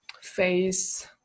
face